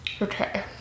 Okay